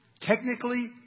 Technically